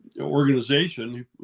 organization